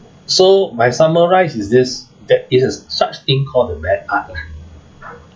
so my summarise is this there is a such thing called the bad art lah